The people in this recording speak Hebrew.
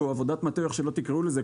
או עבודת מטה או איך שלא תקראו לזה,